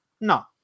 No